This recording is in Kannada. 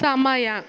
ಸಮಯ